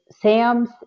Sam's